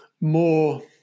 more